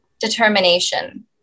determination